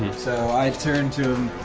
so i turn to him,